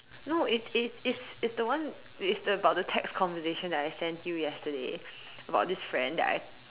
no it's it's it's it's the one it is about the text conversation that I sent you yesterday about this friend that I